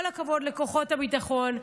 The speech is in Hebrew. כל הכבוד לכוחות הביטחון.